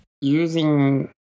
using